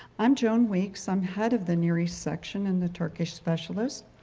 i'm joan weeks, i'm head of the near east section and the turkish specialist.